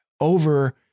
over